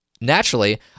Naturally